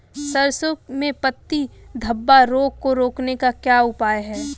सरसों में पत्ती धब्बा रोग को रोकने का क्या उपाय है?